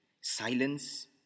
silence